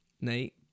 Nate